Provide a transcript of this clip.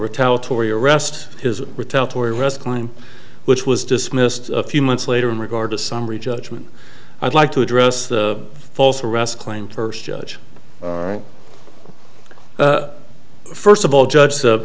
retaliatory arrest his retaliatory rest klein which was dismissed a few months later in regard to summary judgment i'd like to address the false arrest claim first judge first of all judge the